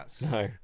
no